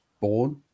born